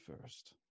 first